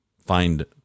find